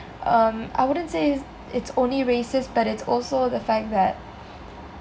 um I wouldn't say it's it's only racist but it's also the fact that